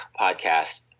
podcast